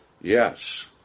Yes